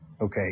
okay